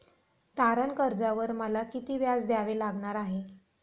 तारण कर्जावर मला किती व्याज द्यावे लागणार आहे?